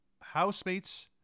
housemates